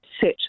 set